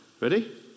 Ready